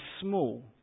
small